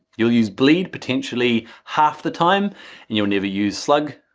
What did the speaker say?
you'll use bleed potentially half the time, and you'll never use slug,